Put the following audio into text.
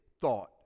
thought